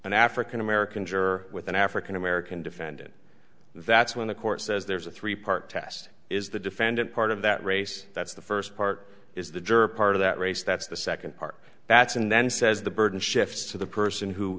an african american juror with an african american defendant that's when the court says there's a three part test is the defendant part of that race that's the first part is the juror part of that race that's the second part that's and then says the burden shifts to the person who